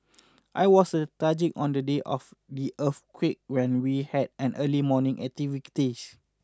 I was lethargic on the day of the earthquake when we had an early morning activities